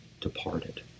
departed